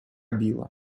біла